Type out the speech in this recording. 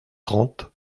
trente